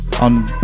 on